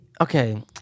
Okay